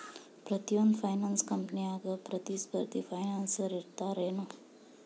ಪ್ರತಿಯೊಂದ್ ಫೈನಾನ್ಸ ಕಂಪ್ನ್ಯಾಗ ಪ್ರತಿಸ್ಪರ್ಧಿ ಫೈನಾನ್ಸರ್ ಇರ್ತಾರೆನು?